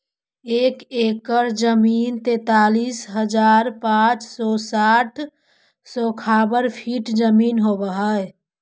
एक एकड़ जमीन तैंतालीस हजार पांच सौ साठ स्क्वायर फीट जमीन होव हई